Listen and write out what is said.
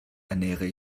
ernähre